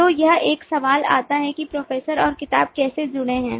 तो यह एक सवाल आता है कि प्रोफेसर और किताब कैसे जुड़े हैं